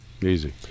Easy